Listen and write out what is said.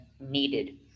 needed